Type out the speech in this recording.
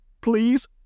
Please